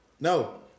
No